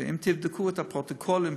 ואם תבדקו את הפרוטוקולים,